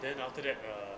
then after that uh